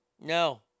No